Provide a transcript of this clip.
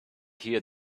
hear